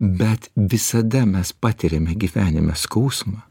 bet visada mes patiriame gyvenime skausmą